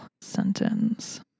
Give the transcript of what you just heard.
sentence